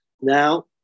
Now